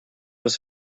was